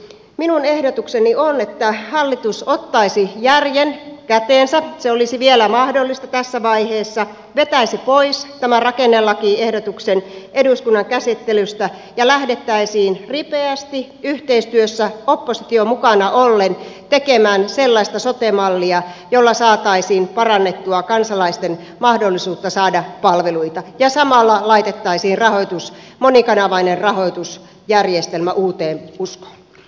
minun ehdotukseni on että hallitus ottaisi järjen käteensä se olisi vielä mahdollista tässä vaiheessa vetäisi pois tämän rakennelakiehdotuksen eduskunnan käsittelystä ja lähdettäisiin ripeästi yhteistyössä oppositio mukana ollen tekemään sellaista sote mallia jolla saataisiin parannettua kansalaisten mahdollisuutta saada palveluita ja samalla laitettaisiin rahoitus monikana vainen rahoitusjärjestelmä uuteen uskoon